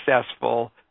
successful